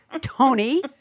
Tony